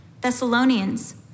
Thessalonians